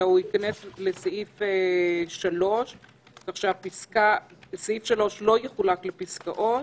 אלא הוא ייכנס לסעיף 3. סעיף 3 לא יחולק לפסקאות,